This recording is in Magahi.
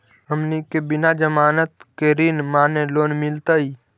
हमनी के बिना जमानत के ऋण माने लोन मिलतई?